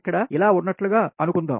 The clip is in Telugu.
ఇక్కడ ఇలా ఉన్నట్లు అనుకుందాం